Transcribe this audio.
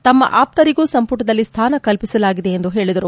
ತಮ್ಮ ಆಪ್ತರಿಗೂ ಸಂಪುಟದಲ್ಲಿ ಸ್ಥಾನ ಕಲ್ಪಿಸಲಾಗಿದೆ ಎಂದು ಹೇಳಿದರು